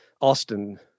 Austin